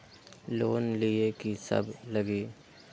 Loan लिए की सब लगी?